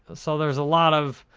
so, there's a lot of,